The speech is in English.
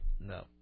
No